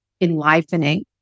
enlivening